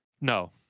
no